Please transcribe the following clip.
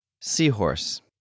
seahorse